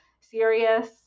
serious